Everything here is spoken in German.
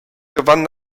gewann